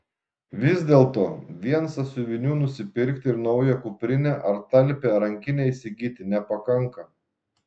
vis dėlto vien sąsiuvinių nusipirkti ir naują kuprinę ar talpią rankinę įsigyti nepakanka